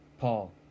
Paul